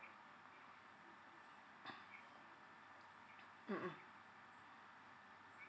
mmhmm